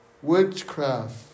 witchcraft